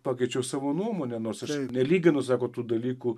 pakeičiau savo nuomonę nors aš nelyginu sako tų dalykų